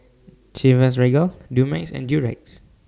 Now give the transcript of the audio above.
Chivas Regal Dumex and Durex